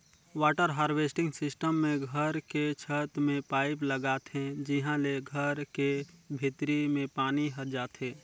water harvesting system मे घर के छत में पाईप लगाथे जिंहा ले घर के भीतरी में पानी हर जाथे